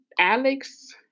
Alex